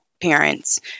parents